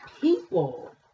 people